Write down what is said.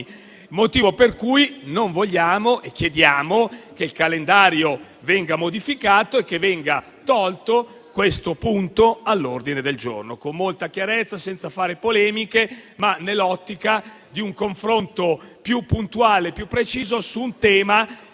il motivo per cui chiediamo che il calendario venga modificato e venga tolto questo punto all'ordine del giorno. E lo chiediamo con molta chiarezza, senza fare polemiche, nell'ottica di un confronto più puntuale e più preciso su un tema